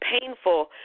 painful